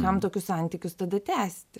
kam tokius santykius tada tęsti